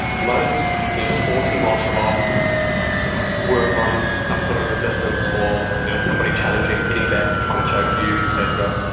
most yeah sporting martial arts yeah work on some sort of resistance or somebody challenging, hitting back, trying to choke you, et cetera,